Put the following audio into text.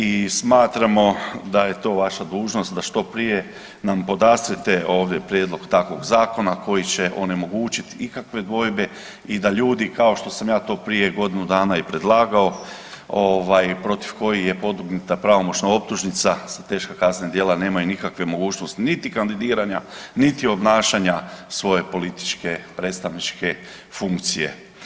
I smatramo da je to vaša dužnost da što prije nam podastrete prijedlog takvog zakona koji će onemogućiti ikakve dvojbe i da ljudi kao što sam ja to prije godinu dana i predlagao protiv kojih je podignuta pravomoćna optužnica za teška kaznena djela nemaju nikakve mogućnosti niti kandidiranja, niti obnašanja svoje političke, predstavničke funkcije.